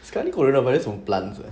sekali coronavirus from plants leh